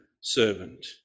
servant